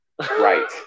Right